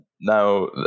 now